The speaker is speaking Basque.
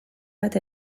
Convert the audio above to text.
bat